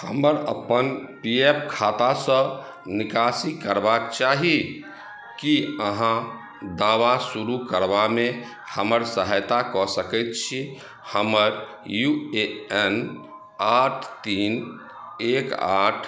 हमर अपन P F खातासँ निकासी करबाक चाही की अहाँ दावा शुरू करबामे हमर सहायता कऽ सकैत छी हमर यू ए एन आठ तीन एक आठ